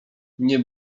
nie